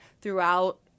throughout